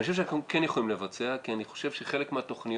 אני חושב שאנחנו כן יכולים לבצע כי אני חושב שחלק מהתוכניות